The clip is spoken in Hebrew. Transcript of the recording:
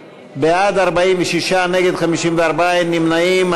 בעד, 46, נגד, 54, אין נמנעים.